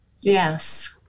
Yes